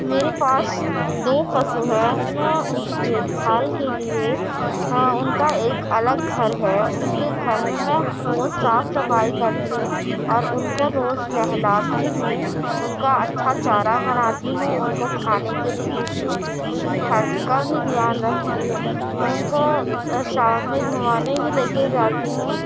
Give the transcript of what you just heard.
میرے پاس دو پشو ہیں میں ان کی دیکھ بھال کے لیے ان کا ایک الگ گھر ہے ان کے گھر میں روز صاف صفائی کرتی ہوں اور ان کو روز نہلاتی ہوں ان کا اچھا چارہ بناتی ہوں ان کو کھانے کے لیے دیتی ہوں ان کی ہیلتھ کا بھی دھیان رکھتی ہوں ان کو شام میں گھمانے بھی لے کے جاتی ہوں